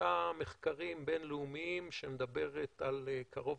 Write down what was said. שלושה מחקרים בין-לאומיים שמדברים על קרוב